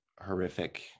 horrific